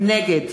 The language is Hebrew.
נגד